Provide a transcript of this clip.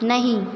नहीं